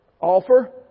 offer